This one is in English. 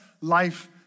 life